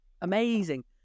Amazing